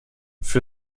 für